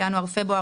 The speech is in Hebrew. בינואר-פברואר,